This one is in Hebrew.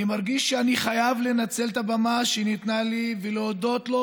אני מרגיש שאני חייב לנצל את הבמה שניתנה לי ולהודות לו,